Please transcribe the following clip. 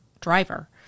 driver